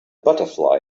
butterfly